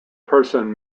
person